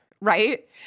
right